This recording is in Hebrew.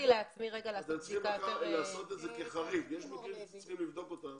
שצריך לבדוק אותם